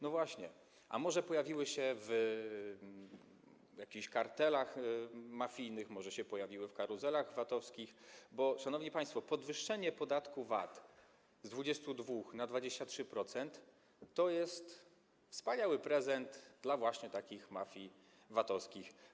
No właśnie, a może pojawiły się w jakichś kartelach mafijnych, może się pojawiły w karuzelach VAT-owskich, bo szanowni państwo, podwyższenie podatku VAT z 22% do 23% to jest wspaniały prezent dla mafii VAT-owskich.